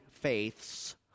faiths